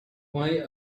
why